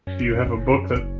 do you have a book that